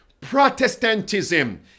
Protestantism